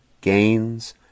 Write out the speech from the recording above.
gains